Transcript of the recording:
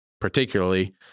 particularly